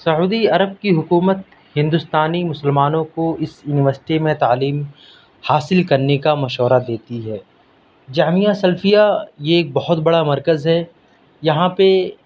سعودی عرب کی حکومت ہندوستانی مسلمانوں کو اس یونیوسٹی میں تعلیم حاصل کرنے کا مشورہ دیتی ہے جامعہ سلفیہ یہ ایک بہت بڑا مرکز ہے یہاں پہ